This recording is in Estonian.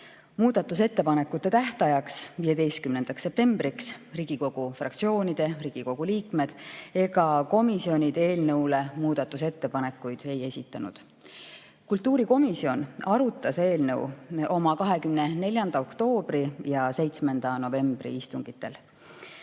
Muudatusettepanekute tähtajaks, 15. septembriks Riigikogu fraktsioonid, Riigikogu liikmed ega komisjonid eelnõu kohta muudatusettepanekuid ei esitanud. Kultuurikomisjon arutas eelnõu oma 24. oktoobri ja 7. novembri istungil.